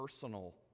personal